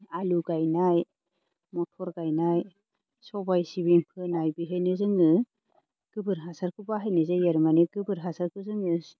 आलु गायनाय मथर गायनाय सबाय सिबिं फोनाय बेहायनो जोङो गोबोर हासारखो बाहायनाय जायो आरो माने गोबोर हासारखो जोङो